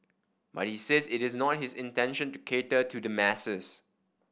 but he says it is not his intention to cater to the masses